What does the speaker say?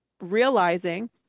realizing